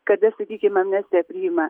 kada sakykim amnestiją priima